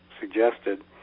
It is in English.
suggested